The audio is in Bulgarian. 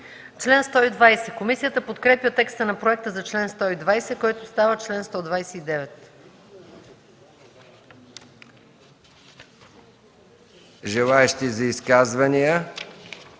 чл. 136. Комисията подкрепя текста на проекта за чл. 127, който става чл. 137.